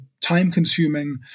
time-consuming